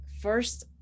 first